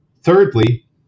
Thirdly